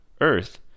Earth